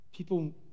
People